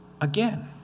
again